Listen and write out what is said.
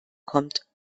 kommt